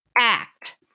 act